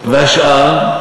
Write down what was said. והשאר?